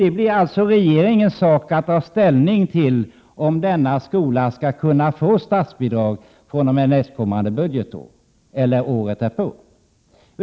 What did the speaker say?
Det är alltså regeringens sak att ta ställning till om denna skola skall få statsbidrag fr.o.m. nästkommande budgetår eller året därpå.